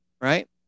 right